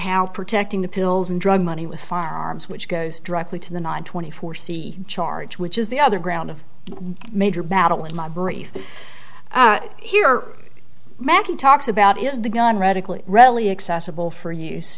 how protecting the pills and drug money with farms which goes directly to the nine twenty four c charge which is the other ground of major battle in my brief here maggie talks about is the gun radically readily accessible for use